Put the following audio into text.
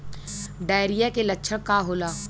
Diarrhoea के लक्षण का होला?